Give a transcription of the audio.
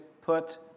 Put